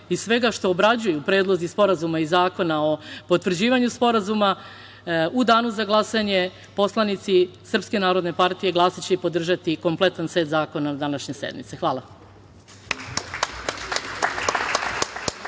i svega što obrađuju predlozi sporazuma i zakona o potvrđivanju sporazuma, u danu za glasanje poslanici Srpske narodne partije glasaće i podržati kompletan set zakona današnje sednice. Hvala.